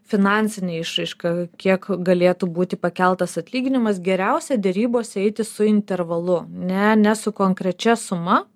finansine išraiška kiek galėtų būti pakeltas atlyginimas geriausia derybose eiti su intervalu ne ne su konkrečia suma